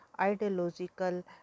ideological